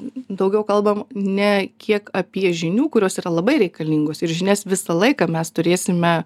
daugiau kalbam ne kiek apie žinių kurios yra labai reikalingos ir žinias visą laiką mes turėsime